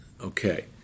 Okay